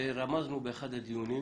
רמזנו באחד הדיונים,